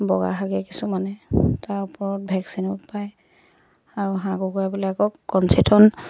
বগা হাগে কিছুমানে তাৰ ওপৰত ভেকচিনো পায় আৰু হাঁহ কুকুৰাবিলাকক